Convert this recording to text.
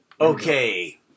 Okay